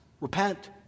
Repent